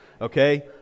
Okay